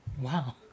Wow